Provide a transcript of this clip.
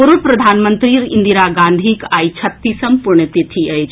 पूर्व प्रधानमंत्री इंदिरा गांधीक आई छत्तीसम पुण्यतिथि अछि